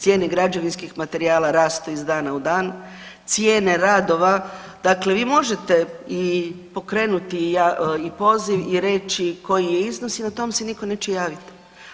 Cijene građevinskih materijala rastu iz dana u dan, cijene radova, dakle vi možete i pokrenuti i poziv i reći koji je iznos i na to vam se nitko neće javit.